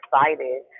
excited